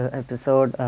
episode